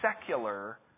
secular